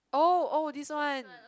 oh oh this one